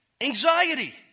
anxiety